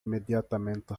imediatamente